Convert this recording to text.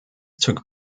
took